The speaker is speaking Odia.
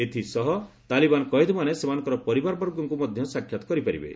ଏଥିସହ ତାଲିବାନ କଏଦୀମାନେ ସେମାନଙ୍କର ପରିବାରବର୍ଗଙ୍କୁ ମଧ୍ୟ ସାକ୍ଷାତ କରିପାରିବେ